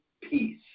peace